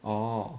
orh